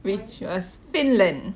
which as finland